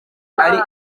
ari